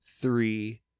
three